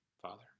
Father